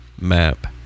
map